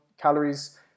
calories